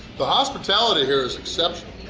the hospitality here is exceptional!